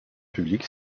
publique